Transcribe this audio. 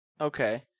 Okay